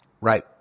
Right